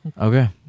Okay